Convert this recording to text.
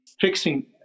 fixing